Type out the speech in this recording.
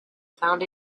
found